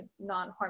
non-hormonal